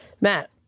Matt